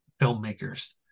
filmmakers